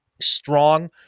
strong